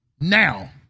now